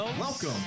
Welcome